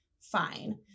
fine